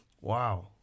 wow